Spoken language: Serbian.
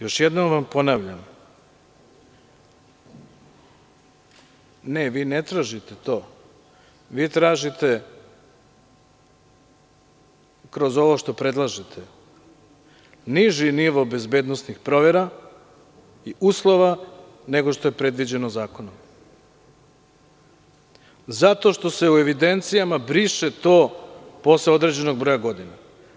Još jednom vam ponavljam da ne tražite to, nego vi tražite kroz ovo što predlažete niži nivo bezbednosnih provera i uslova nego što je predviđeno zakonom zato što se u evidencijama briše to posle određenog broja godina.